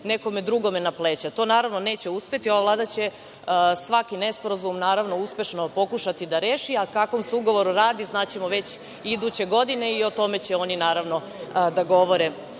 nekome drugome na pleća. To naravno neće uspeti. Ova Vlada će svaki nesporazum uspešno pokušati da reši, a o kakvom se ugovoru radi znaćemo već iduće godine i o tome će oni naravno da